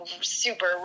super